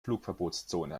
flugverbotszone